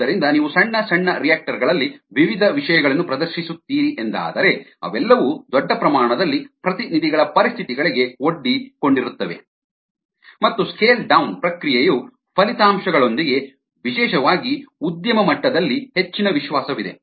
ಆದ್ದರಿಂದ ನೀವು ಸಣ್ಣ ಸಣ್ಣ ರಿಯಾಕ್ಟರ್ ಗಳಲ್ಲಿ ವಿವಿಧ ವಿಷಯಗಳನ್ನು ಪ್ರದರ್ಶಿಸುತ್ತೀರಿ ಎಂದಾದರೆ ಅವೆಲ್ಲವೂ ದೊಡ್ಡ ಪ್ರಮಾಣದಲ್ಲಿ ಪ್ರತಿನಿಧಿಗಳ ಪರಿಸ್ಥಿತಿಗಳಿಗೆ ಒಡ್ಡಿ ಕೊಂಡಿರುತ್ತವೆ ಮತ್ತು ಸ್ಕೇಲ್ ಡೌನ್ ಪ್ರಕ್ರಿಯೆಯ ಫಲಿತಾಂಶಗಳೊಂದಿಗೆ ವಿಶೇಷವಾಗಿ ಉದ್ಯಮ ಮಟ್ಟದಲ್ಲಿ ಹೆಚ್ಚಿನ ವಿಶ್ವಾಸವಿದೆ